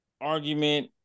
argument